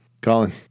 Colin